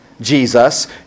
Jesus